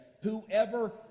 whoever